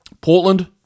Portland